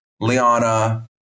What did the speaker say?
Liana